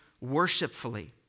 worshipfully